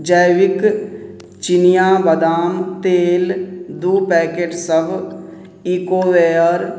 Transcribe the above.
जैविक चिनिआँ बदाम तेल दुइ पैकेट सब इकोवेयर